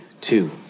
two